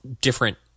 different